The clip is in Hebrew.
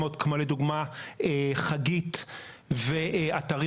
שנשתכנע שבאמת זה המצב, שאין דרך